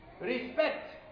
respect